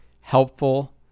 helpful